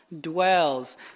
dwells